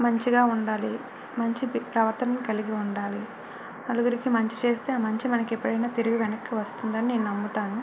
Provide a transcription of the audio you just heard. మంచిగా ఉండాలి మంచి ప్రవర్తన కలిగి ఉండాలి నలుగురికి మంచి చేస్తే మంచి ఎప్పుడైనా తిరిగి వెనక్కి వస్తుంది అని నేను నమ్ముతాను